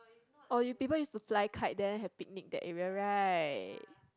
orh you people used to fly kite there have picnic that area right